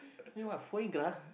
foie gras